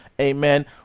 Amen